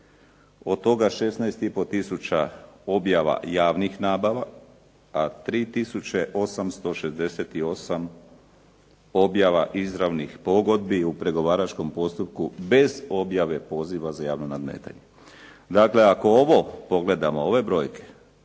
i pol tisuća objava javnih nabava, a 3868 objava izravnih pogodbi u pregovaračkom postupku bez objave poziva za javno nadmetanje. Dakle, ako ovo pogledamo, ove brojke,